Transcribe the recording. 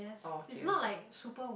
oh okay okay